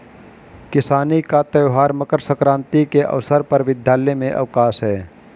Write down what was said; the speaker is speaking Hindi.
किसानी का त्यौहार मकर सक्रांति के अवसर पर विद्यालय में अवकाश है